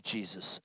Jesus